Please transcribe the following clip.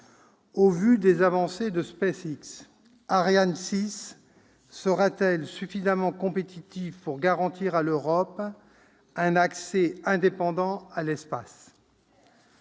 au vu des avancées de SpaceX, Ariane 6 sera-t-elle suffisamment compétitive pour garantir à l'Europe un accès indépendant à l'espace ?